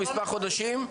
חודשים.